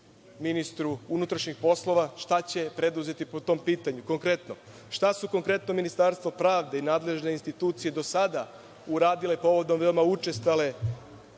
ministru unutrašnjih poslova – šta će preduzeti po tom pitanju konkretno? Šta su konkretno Ministarstvo pravde i nadležne institucije do sada uradile povodom veoma učestale